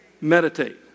meditate